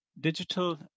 digital